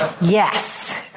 Yes